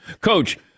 coach